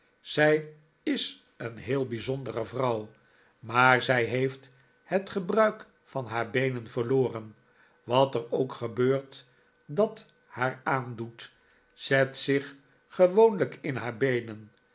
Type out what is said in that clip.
zij is een heel bijzondere vrouw maar zij heeft het gebruik van haar beenen verloren wat er ook gebeurt dat haar aandoet zet zich gewoonlijk in haar beenen